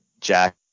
Jack